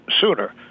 sooner